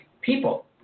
people